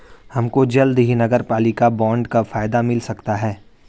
हमको जल्द ही नगरपालिका बॉन्ड का फायदा मिल सकता है